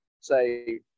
say